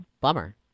bummer